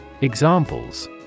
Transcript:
Examples